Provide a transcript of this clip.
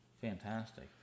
Fantastic